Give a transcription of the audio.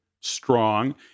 strong